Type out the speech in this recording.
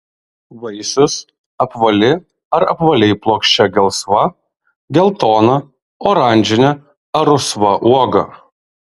vaisius apvali ar apvaliai plokščia gelsva geltona oranžinė ar rusva uoga